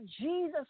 Jesus